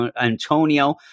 Antonio